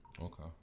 Okay